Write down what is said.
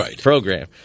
program